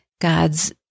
God's